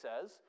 says